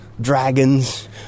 dragons